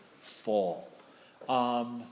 fall